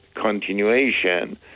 continuation